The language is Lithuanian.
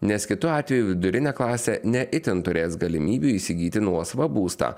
nes kitu atveju vidurinė klasė ne itin turės galimybių įsigyti nuosavą būstą